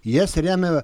jas remia